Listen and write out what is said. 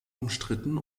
umstritten